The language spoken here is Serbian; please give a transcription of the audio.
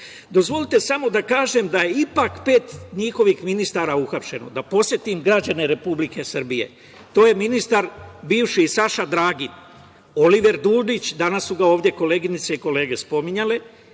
preduzeća. Dozvolite samo da kažem da je ipak pet njihovih ministara uhapšeno. Da podsetim građane Republike Srbije, to je ministar, bivši Saša Dragin, Oliver Dulić, danas su ga ovde koleginice i kolege spominjale,